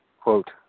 quote